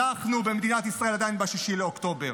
אנחנו במדינת ישראל עדיין ב-6 באוקטובר.